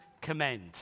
commend